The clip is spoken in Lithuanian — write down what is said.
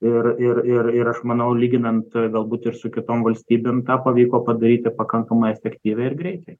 ir ir ir ir aš manau lyginant galbūt ir su kitom valstybėm tą pavyko padaryti pakankamai efektyviai ir greitai